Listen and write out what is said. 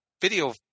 video